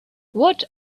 what